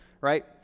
right